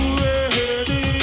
ready